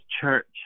church